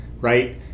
right